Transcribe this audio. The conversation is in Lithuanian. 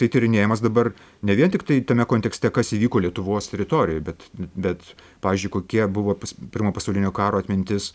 tai tyrinėjamas dabar ne vien tiktai tame kontekste kas įvyko lietuvos teritorijoj bet bet pavyzdžiui kokie buvo pirmo pasaulinio karo atmintis